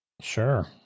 Sure